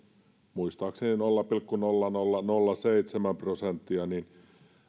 muistaakseni nolla pilkku nolla nolla nolla seitsemän prosenttia